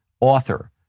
author